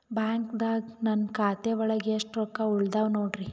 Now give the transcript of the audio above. ಬ್ಯಾಂಕ್ದಾಗ ನನ್ ಖಾತೆ ಒಳಗೆ ಎಷ್ಟ್ ರೊಕ್ಕ ಉಳದಾವ ನೋಡ್ರಿ?